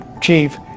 chief